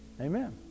Amen